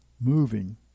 moving